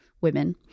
women